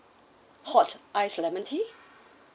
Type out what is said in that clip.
hot iced lemon tea